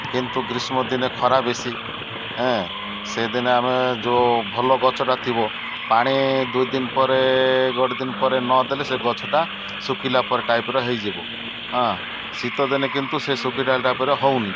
କିନ୍ତୁ ଗ୍ରୀଷ୍ମ ଦିନେ ଖରା ବେଶୀ ସେଦିନେ ଆମେ ଯେଉଁ ଭଲ ଗଛଟା ଥିବ ପାଣି ଦୁଇଦିନ ପରେ ଗୋଟେ ଦିନ ପରେ ନଦେଲେ ସେ ଗଛଟା ଶୁଖିଲା ପରେ ଟାଇପ୍ର ହେଇଯିବ ହଁ ଶୀତ ଦିନେ କିନ୍ତୁ ସେ ଟାଇପ୍ରେ ହେଉନି